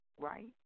right